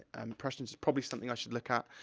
and impression's probably something i should look at.